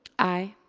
aye.